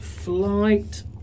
Flight